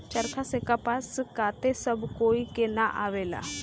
चरखा से कपास काते सब कोई के ना आवेला